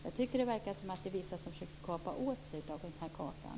Jag tycker att det är vissa som försöker kapa åt sig av kakan.